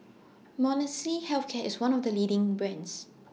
Molnylcke Health Care IS one of The leading brands